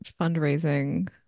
fundraising